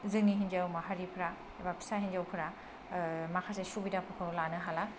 जोंनि हिनजाव माहारिफ्रा एबा फिसा हिनजावफोरा माखासे सुबिदाफोरखौ लानो हाला